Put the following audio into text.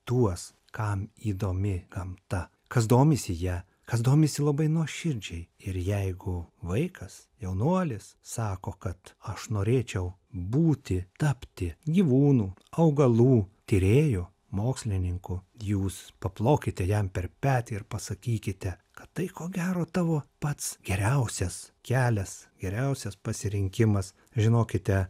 tuos kam įdomi gamta kas domisi ja kas domisi labai nuoširdžiai ir jeigu vaikas jaunuolis sako kad aš norėčiau būti tapti gyvūnų augalų tyrėju mokslininku jūs paplokite jam per petį ir pasakykite kad tai ko gero tavo pats geriausias kelias geriausias pasirinkimas žinokite